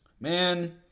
Man